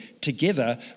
together